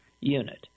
unit